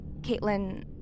Caitlin